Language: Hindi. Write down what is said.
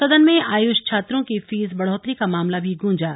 सदन में आयुष छात्रों की फीस बढ़ोतरी का मामला भी गूंजा